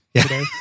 today